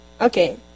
Okay